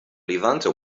levanter